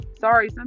Sorry